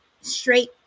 straight